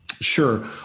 Sure